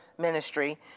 Ministry